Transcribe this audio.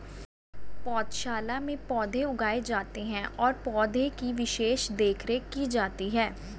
पौधशाला में पौधे उगाए जाते हैं और पौधे की विशेष देखरेख की जाती है